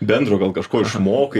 bendro gal kažko išmokai